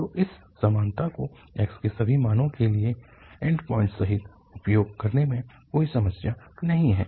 तो इस समानता को x के सभी मानों के लिए एंड पॉइंट्स सहित उपयोग करने में कोई समस्या नहीं है